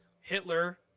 Hitler